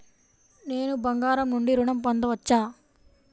నేను బంగారం నుండి ఋణం పొందవచ్చా?